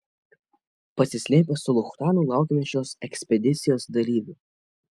pasislėpę su luchtanu laukėme šios ekspedicijos dalyvių